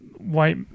White